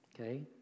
Okay